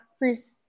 first